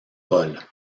paul